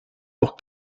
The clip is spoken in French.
pour